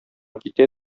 китә